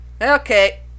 Okay